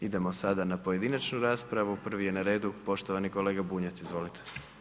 Idemo sada na pojedinačnu raspravu, prvi je na redu poštovani kolega Bunjac, izvolite.